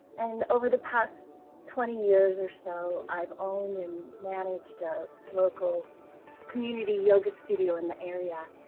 and over the past twenty years or so, i've owned and managed a local community yoga studio in the area,